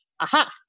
Aha